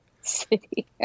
city